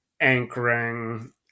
anchoring